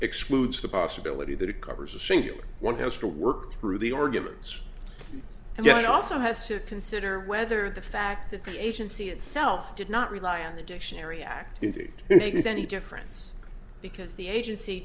excludes the possibility that it covers a single one has to work through the arguments and you also has to consider whether the fact that the agency itself did not rely on the dictionary act makes any difference because the agency